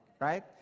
right